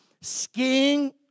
skiing